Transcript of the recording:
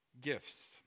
gifts